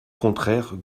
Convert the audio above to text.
contraire